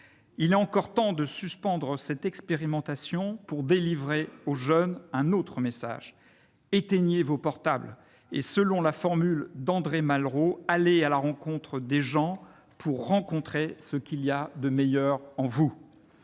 Il est encore temps de suspendre cette expérimentation pour délivrer aux jeunes un autre message : éteignez vos portables et, selon la formule d'André Malraux, allez à la rencontre des gens pour rencontrer ce qu'il y a de meilleur en vous